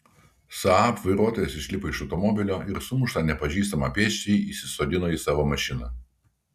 saab vairuotojas išlipo iš automobilio ir sumuštą nepažįstamą pėsčiąjį įsisodino į savo mašiną